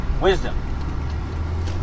wisdom